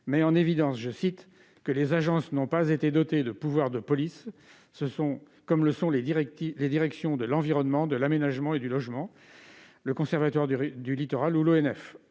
met en évidence que « les agences n'ont pas été dotées de pouvoir de police, comme le sont les directions de l'environnement, de l'aménagement et du logement (DEAL), le Conservatoire du littoral ou l'Office